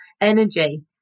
energy